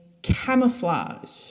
camouflage